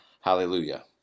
hallelujah